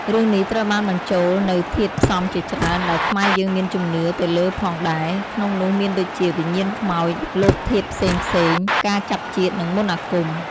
រឿងនេះត្រូវបានបញ្ចូលនូវធាតុផ្សំជាច្រើន ដែលខ្មែរយើងមានជំនឿទៅលើផងដែរ ក្នុងនោះមានដូចជា វិញ្ញាណខ្មោច លោកធាតុផ្សេងៗ ការចាប់ជាតិ និងមន្តអាគម។